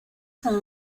son